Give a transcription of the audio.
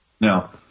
Now